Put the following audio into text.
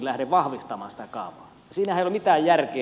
siinähän ei ole mitään järkeä